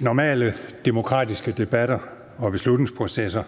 Normale demokratiske debatter og beslutningsprocesser